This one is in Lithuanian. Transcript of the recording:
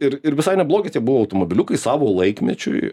ir ir visai neblogas buvo automobiliukai savo laikmečiui